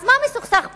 אז מה מסוכסך פה?